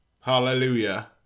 Hallelujah